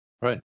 Right